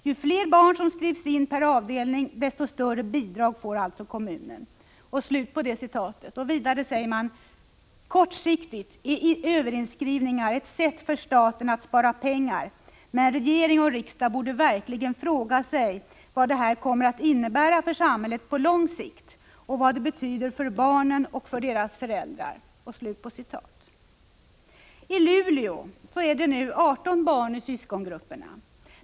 Ju fler barn som skrivs in per avdelning desto större bidrag får alltså kommunen.” Dessutom säger man: ”Kortsiktigt är överinskrivningar ett sätt för staten att spara pengar, men regering och riksdag borde verkligen fråga sig vad detta kommer att innebära för samhället på lång sikt och vad det betyder för barnen och deras föräldrar.” I Luleå är det nu 18 barn i syskongrupperna.